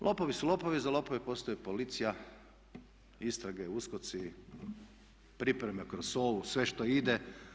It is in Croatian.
Lopovi su lopovi, za lopove postoji policija, istrage, USKOK-ci, pripreme kroz SOA-u, sve što ide.